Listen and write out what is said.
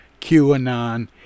QAnon